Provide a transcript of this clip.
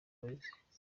ameze